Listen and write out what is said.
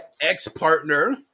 ex-partner